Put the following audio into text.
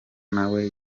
nawe